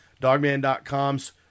Dogman.com's